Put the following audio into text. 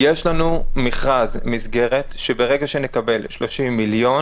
יש לנו מכרז מסגרת שברגע שנקבל 30 מיליון